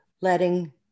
letting